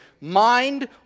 mind